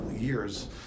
years